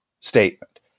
statement